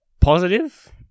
positive